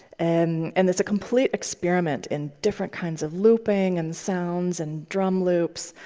and and it's a complete experiment in different kinds of looping and sounds and drum loops.